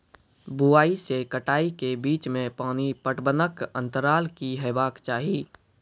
बुआई से कटाई के बीच मे पानि पटबनक अन्तराल की हेबाक चाही?